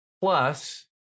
plus